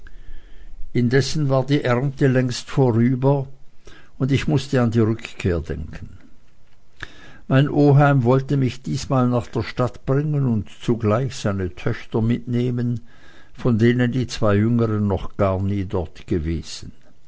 indessen war die ernte längst vorüber und ich mußte an die rückkehr denken mein oheim wollte mich diesmal nach der stadt bringen und zugleich seine töchter mitnehmen von denen die zwei jüngeren noch gar nie dort gewesen